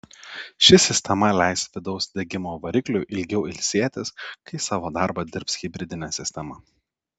ši sistema leis vidaus degimo varikliui ilgiau ilsėtis kai savo darbą dirbs hibridinė sistema